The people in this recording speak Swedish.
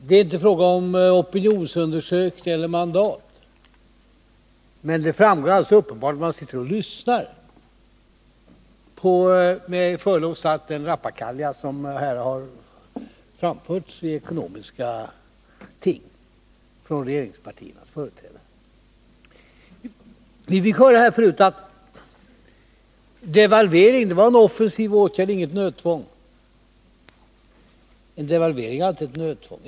Det är inte fråga om opinionsundersökning eller mandat, men det framgår alldeles uppenbart när man sitter och lyssnar på — med förlov sagt — den rappakalja som här har framförts i ekonomiska ting från regeringspartiernas företrädare. Vi fick höra förut att devalvering var en offensiv åtgärd och inget nödtvång. En devalvering är alltid ett nödtvång.